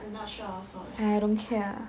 !aiya! don't care lah